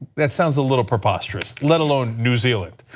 that sounds a little preposterous. let alone new zealand.